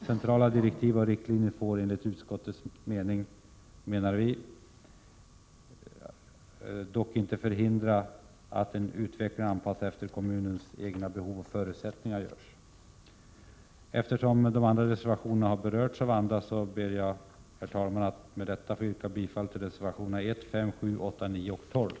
Centrala direktiv och riktlinjer får dock inte förhindra en utveckling anpassad efter kommunens egna behov och förutsättningar. Herr talman! Eftersom de övriga reservationerna har berörts av andra, ber jag att med detta få yrka bifall till reservationerna 1, 5, 7, 8, 9 och 12.